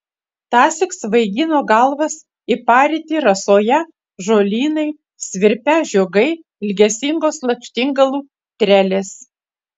tąsyk svaigino galvas į parytį rasoją žolynai svirpią žiogai ilgesingos lakštingalų trelės